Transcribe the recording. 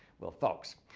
well folks,